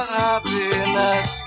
happiness